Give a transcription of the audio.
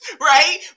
right